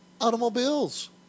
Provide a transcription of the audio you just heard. Automobiles